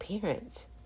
parents